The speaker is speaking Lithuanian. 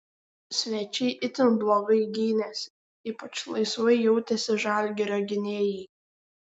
svečiai itin blogai gynėsi ypač laisvai jautėsi žalgirio gynėjai